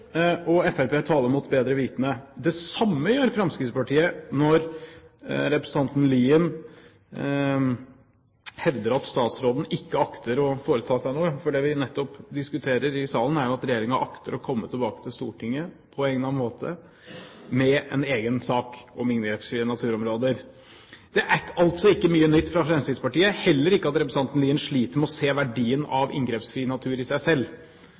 og Fremskrittspartiet taler mot bedre vitende. Det samme gjør Fremskrittspartiet når representanten Lien hevder at statsråden ikke akter å foreta seg noe, for det vi nettopp diskuterer i salen, er jo at regjeringen akter å komme tilbake til Stortinget på egnet måte med en egen sak om inngrepsfrie naturområder. Det er altså ikke mye nytt fra Fremskrittspartiet – heller ikke at representanten Lien sliter med å se verdien av inngrepsfri natur i seg selv,